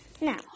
Now